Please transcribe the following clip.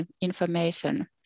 information